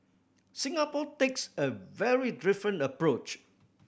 Singapore takes a very different approach